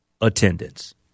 attendance